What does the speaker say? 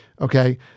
okay